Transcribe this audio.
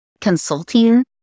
consulting